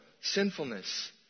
sinfulness